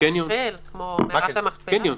קבר רחל, כמו מערכת המכפלה.